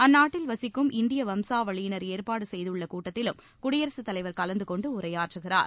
அந்நாட்டில் வசிக்கும் இந்திய வம்சவளியினர் ஏற்பாடு செய்துள்ள கூட்டத்திலும் குடியரசு தலைவர் கலந்து கொண்டு உரையாற்றுகிறார்